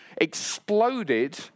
exploded